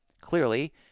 Clearly